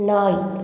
நாய்